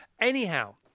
Anyhow